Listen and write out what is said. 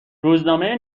روزنامه